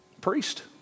priest